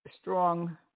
strong